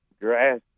grass